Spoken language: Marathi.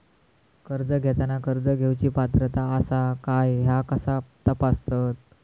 कर्ज घेताना कर्ज घेवची पात्रता आसा काय ह्या कसा तपासतात?